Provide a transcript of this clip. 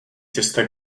cesta